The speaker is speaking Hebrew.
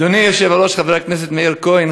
אדוני היושב-ראש חבר הכנסת מאיר כהן,